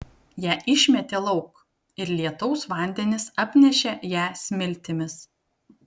ją išmetė lauk ir lietaus vandenys apnešė ją smiltimis